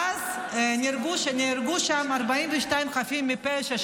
ואז נהרגו שם 42 חפים מפשע,